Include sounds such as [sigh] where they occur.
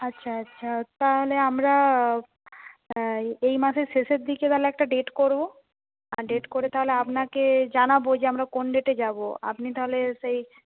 আচ্ছা আচ্ছা তাহলে আমরা [unintelligible] এই মাসের শেষের দিকে তাহলে একটা ডেট করব আর ডেট করে তাহলে আপনাকে জানাব যে আমরা কোন ডেটে যাব আপনি তাহলে সেই